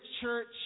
Church